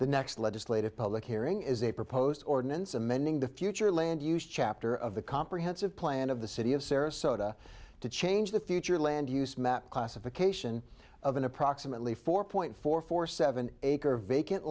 the next legislative public hearing is a proposed ordinance amending the future land use chapter of the comprehensive plan of the city of sarasota to change the future land use map classification of an approximately four point four four seven acre vacant